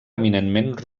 eminentment